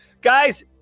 Guys